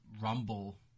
rumble